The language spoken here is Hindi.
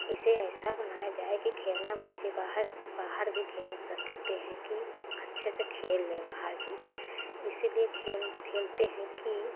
इसे ऐसा बनाया जाए कि खेलना बच्चे बाहर बाहर भी खेल सकते हैं कि अच्छे से खेल लें बाहर भी इसीलिए खेल खेलते हैं कि